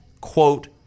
quote